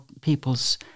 people's